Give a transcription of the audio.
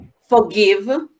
forgive